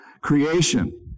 creation